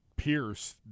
Pierce